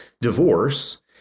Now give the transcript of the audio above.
divorce